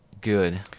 good